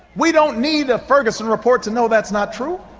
we don't need a ferguson report to know that's not true.